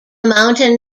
mountain